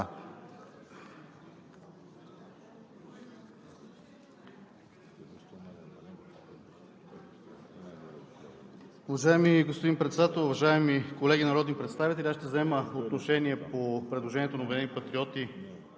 Уважаеми господин Председател, уважаеми колеги народни представители! Аз ще взема отношение по предложението на „Обединени патриоти“